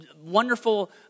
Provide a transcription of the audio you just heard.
wonderful